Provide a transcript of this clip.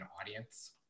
audience